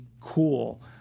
cool